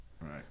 right